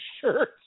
shirt